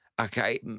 okay